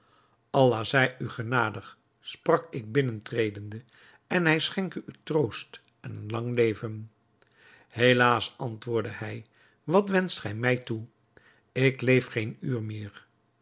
allah zij u genadig sprak ik binnentredende en hij schenke u troost en een lang leven helaas antwoordde hij wat wenscht gij mij toe ik leef geen uur meer